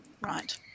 Right